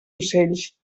ocells